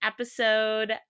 episode